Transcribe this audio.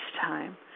time